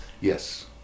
Yes